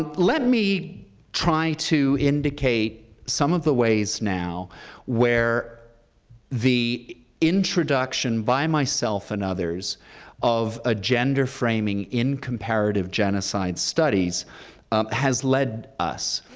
let me try to indicate some of the ways now where the introduction by myself and others of a gender framing in comparative genocide studies has led us.